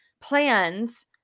plans